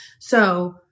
So-